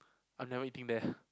I'm never eating there